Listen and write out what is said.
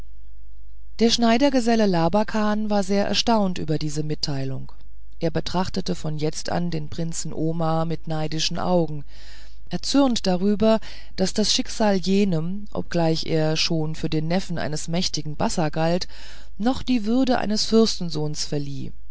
der schneidergeselle labakan war sehr erstaunt über diese mitteilung er betrachtete von jetzt an den prinzen omar mit neidischen augen erzürnt darüber daß das schicksal jenem obgleich er schon für den neffen eines mächtigen bassa galt noch die würde eines fürstensohns verliehen